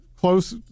close